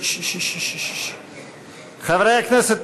חברי הכנסת,